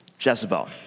Jezebel